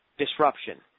disruption